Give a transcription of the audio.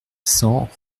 cent